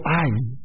eyes